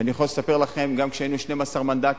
ואני יכול לספר לכם שגם כשהיינו 12 מנדטים